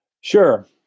Sure